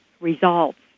results